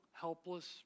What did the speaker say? helpless